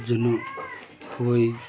যেন